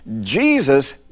Jesus